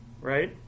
right